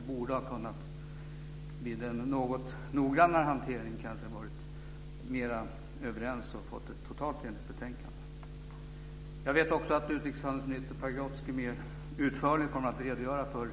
Vi borde vid en något noggrannare hantering ha kunnat vara mer överens och fått ett totalt enigt betänkande. Jag vet också att utrikeshandelsminister Pagrotsky mer utförligt kommer att redogöra för